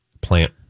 plant